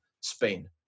Spain